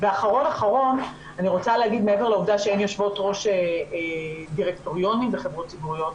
מעבר לעובדה שאין יושבות-ראש דירקטוריונים בחברות ציבוריות,